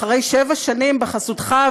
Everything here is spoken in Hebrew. אחרי שבע שנים בחסותך,